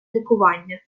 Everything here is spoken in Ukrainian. лікування